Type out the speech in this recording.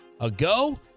ago